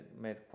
made